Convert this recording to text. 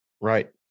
Right